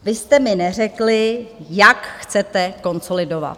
Vy jste mi neřekli, jak chcete konsolidovat?